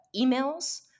emails